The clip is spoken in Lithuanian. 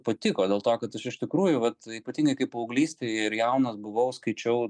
patiko dėl to kad aš iš tikrųjų vat ypatingai kai paauglystėj ir jaunas buvau skaičiau